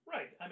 Right